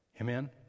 Amen